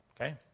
Okay